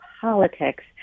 politics